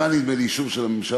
נדמה לי שהיא עברה אישור של הממשלה.